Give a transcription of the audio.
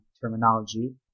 terminology